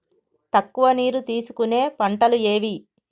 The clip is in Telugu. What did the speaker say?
తక్కువ నీరు తీసుకునే పంటలు ఏవి?